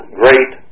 great